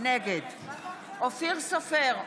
נגד אופיר סופר,